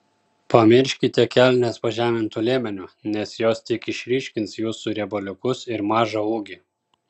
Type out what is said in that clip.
pamirškite kelnes pažemintu liemeniu nes jos tik išryškins jūsų riebaliukus ir mažą ūgį